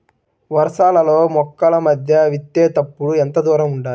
వరసలలో మొక్కల మధ్య విత్తేప్పుడు ఎంతదూరం ఉండాలి?